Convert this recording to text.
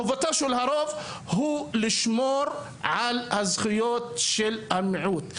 חובתו של הרוב הוא לשמור על הזכויות של המיעוט,